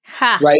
right